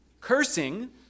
Cursing